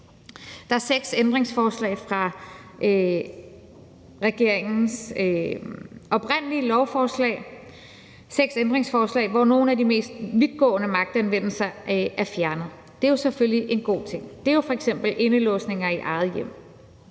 Der er seks ændringsforslag i forhold til regeringens oprindelige lovforslag; seks ændringsforslag, hvor nogle af de mest vidtgående magtanvendelser er fjernet. Det er jo selvfølgelig en god ting. Det er f.eks. indelåsninger i eget hjem.